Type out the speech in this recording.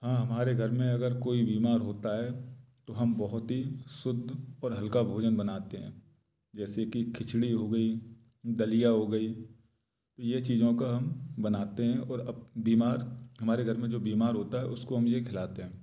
हाँ हमारे घर में अगर कोई बीमार होता है तो हम बहुत ही शुद्ध और हल्का भोजन बनाते हैं जैसे कि खिचड़ी हो गई दलिया हो गई ये चीज़ों का हम बनाते हैं और अब बीमार हमारे घर में जो बीमार होता है उसको हम ये खिलाते हैं